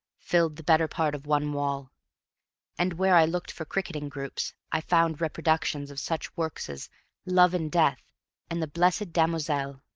filled the better part of one wall and where i looked for cricketing groups, i found reproductions of such works as love and death and the blessed damozel,